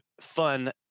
fun